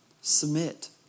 Submit